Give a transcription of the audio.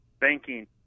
banking